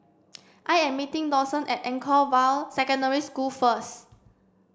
I am meeting Dawson at Anchorvale Secondary School first